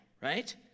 right